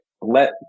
let